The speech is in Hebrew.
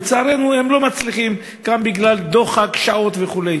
לצערנו, הם לא מצליחים גם בגלל דוחק שעות וכו'.